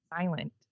silent